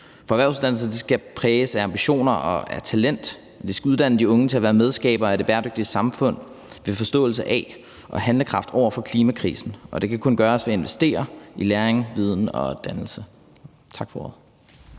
For erhvervsuddannelserne skal præges af ambitioner og talent. Vi skal uddanne de unge til at være medskabere af det bæredygtige samfund med en forståelse af og handlekraft over for klimakrisen, og det kan kun gøres ved at investere i læring, viden og dannelse. Tak for ordet.